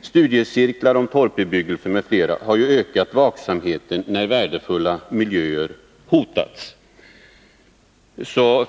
Studiecirklar om torpbebyggelsen m.m. har ökat vaksamheten när värdefulla miljöer hotats.